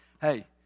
Hey